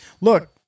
look